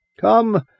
Come